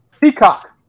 Peacock